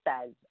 says